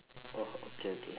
orh okay okay